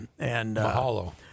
Mahalo